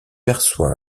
perçoit